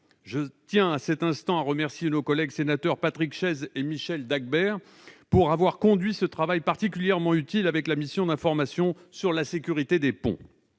Je tiens à cet instant à remercier nos collègues sénateurs Patrick Chaize et Michel Dagbert pour avoir conduit ce travail particulièrement utile avec la mission d'information sur la sécurité des ponts.